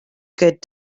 good